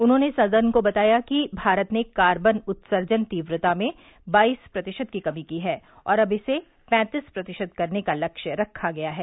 उन्होंने सदन को बताया कि भारत ने कार्बन उत्सर्जन तीव्रता में बाईस प्रतिशत की कमी की है और अब इसे पैंतीस प्रतिशत करने का लक्ष्य रखा गया है